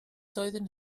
doedden